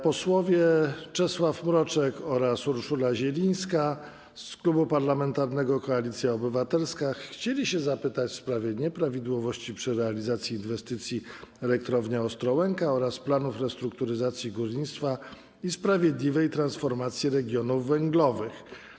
Posłowie Czesław Mroczek oraz Urszula Zielińska z Klubu Parlamentarnego Koalicja Obywatelska chcieli zapytać w sprawie nieprawidłowości przy realizacji inwestycji Elektrownia Ostrołęka oraz planów restrukturyzacji górnictwa i sprawiedliwej transformacji regionów węglowych.